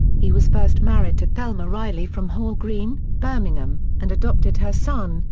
he was first married to thelma riley from hall green, birmingham, and adopted her son,